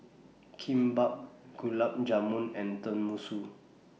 Kimbap Gulab Jamun and Tenmusu